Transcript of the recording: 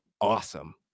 awesome